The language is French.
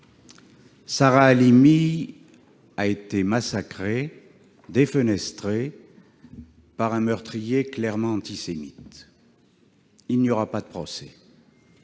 Sarah Halimi a été massacrée, défenestrée par un meurtrier clairement antisémite. Il n'y aura pas de procès.